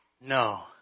No